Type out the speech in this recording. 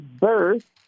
birth